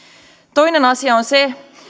toinen asia on se